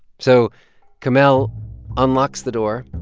so kamel unlocks the door,